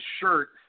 shirt